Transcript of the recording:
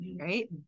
right